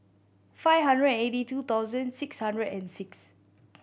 five hundred and eighty two thousand six hundred and six